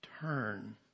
turn